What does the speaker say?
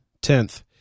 Tenth